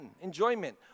enjoyment